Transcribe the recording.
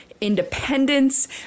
independence